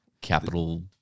capital